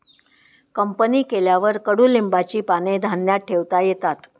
company केल्यावर कडुलिंबाची पाने धान्यात ठेवता येतात